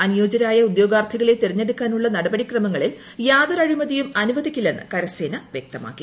അനുയോജ്യരായ ഉദ്യോഗാർത്ഥികളെ ി് തെരഞ്ഞെടുക്കാനുള്ള നടപടിക്രമങ്ങളിൽ യാതൊരു അഴീമൃതിയും അനുവദിക്കില്ലെന്ന് കരസേന വ്യക്തമാക്കി